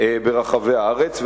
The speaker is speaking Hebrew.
ברחבי הארץ.